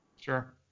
Sure